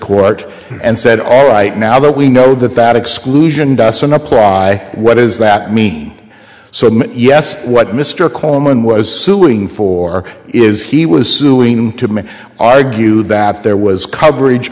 court and said all right now that we know that that exclusion apply what does that mean so yes what mr coleman was suing for is he was suing to me argue that there was coverage